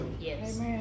Yes